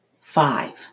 Five